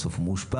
בסוף הוא מאושפז.